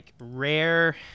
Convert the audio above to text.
rare